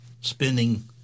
spending